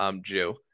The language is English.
Jew